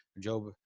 job